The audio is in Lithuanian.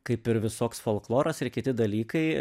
kaip ir visoks folkloras ir kiti dalykai